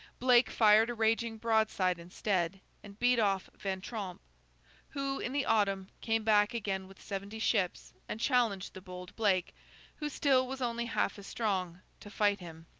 blake fired a raging broadside instead, and beat off van tromp who, in the autumn, came back again with seventy ships, and challenged the bold blake who still was only half as strong to fight him.